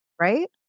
Right